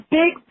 big